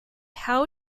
how